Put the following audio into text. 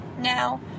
now